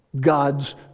God's